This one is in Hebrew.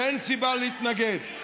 ואין סיבה להתנגד.